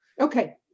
Okay